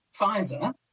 Pfizer